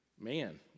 Man